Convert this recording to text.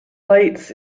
lights